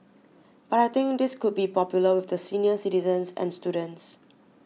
but I think this could be popular with the senior citizens and students